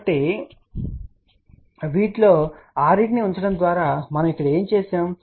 కాబట్టి వీటిలో 6 ఉంచడం ద్వారా మనం ఇక్కడ ఏమి చేసాము